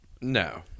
No